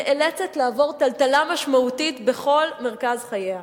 נאלצת לעבור טלטלה משמעותית בכל מרכז חייה.